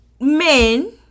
men